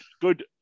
good